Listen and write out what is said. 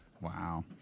wow